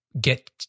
get